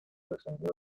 descendió